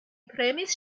premis